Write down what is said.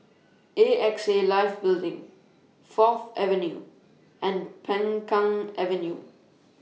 A X A Life Building Fourth Avenue and Peng Kang Avenue